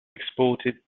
exported